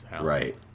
Right